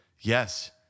Yes